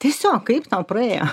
tiesiog kaip tau praėjo